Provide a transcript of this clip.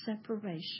separation